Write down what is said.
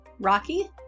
Rocky